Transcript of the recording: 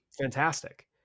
fantastic